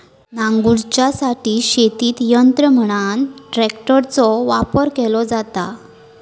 नांगरूच्यासाठी शेतीत यंत्र म्हणान ट्रॅक्टरचो वापर केलो जाता